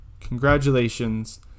congratulations